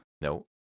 no